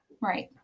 Right